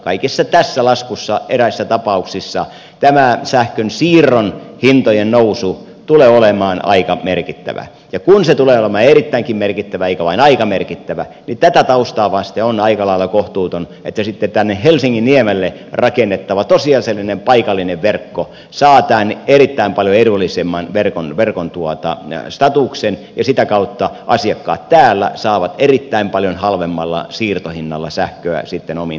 kaikessa tässä laskussa eräissä tapauksissa tämä sähkönsiirron hintojen nousu tulee olemaan aika merkittävä ja kun se tulee olemaan erittäinkin merkittävä eikä vain aika merkittävä niin tätä taustaa vasten on aika lailla kohtuutonta että sitten helsinginniemelle rakennettava tosiasiallinen paikallinen verkko saa tämän erittäin paljon edullisemman verkon statuksen ja sitä kautta asiakkaat täällä saavat erittäin paljon halvemmalla siirtohinnalla sähköä omiin tarpeisiin